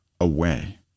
away